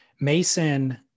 mason